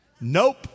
Nope